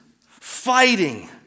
fighting